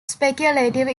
speculative